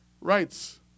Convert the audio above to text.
rights